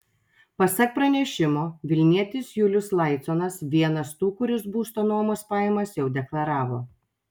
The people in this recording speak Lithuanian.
pasak pranešimo vilnietis julius laiconas vienas tų kuris būsto nuomos pajamas jau deklaravo